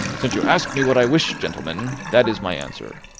since you ask me what i wish, gentlemen, that is my answer.